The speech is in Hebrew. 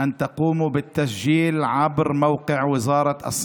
שתוכלו להירשם דרך אתר משרד הבריאות,